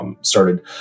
started